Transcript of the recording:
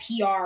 PR